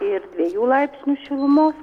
ir dviejų laipsnių šilumos